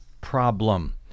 problem